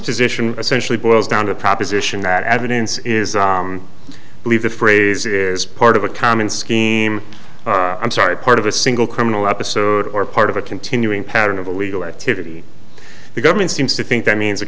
position essentially boils down to the proposition that evidence is believe the phrase is part of a common scheme i'm sorry part of a single criminal episode or part of a continuing pattern of illegal activity the government seems to think that means